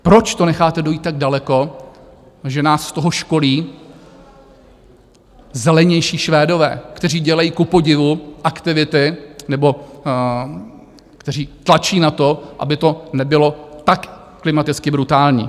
Proč to necháte dojít tak daleko, že nás z toho školí zelenější Švédové, kteří dělají kupodivu aktivity nebo kteří tlačí na to, aby to nebylo tak klimaticky brutální?